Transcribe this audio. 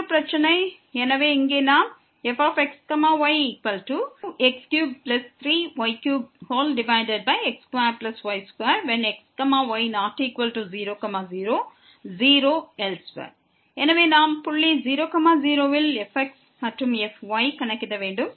மற்றொரு பிரச்சனை உள்ளது fxy2x33y3x2y2xy≠00 0elsewhere எனவே நாம் புள்ளி 0 0 ல் fx மற்றும் fyஐ கணக்கிட வேண்டும்